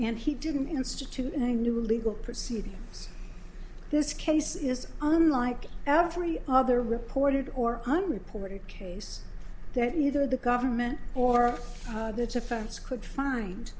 and he didn't institute a new legal proceedings this case is unlike every other reported or unreported case that neither the government or the defense could find